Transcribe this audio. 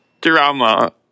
Drama